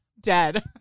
dead